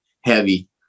heavy